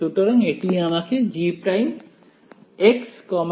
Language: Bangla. সুতরাং এটি আমাকে G′x x′